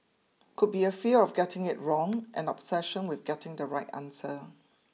could be a fear of getting it wrong an obsession with getting the right answer